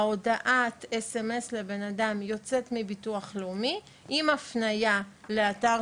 הודעת הסמס לבן אדם יוצאת מביטוח לאומי עם הפניה לאתר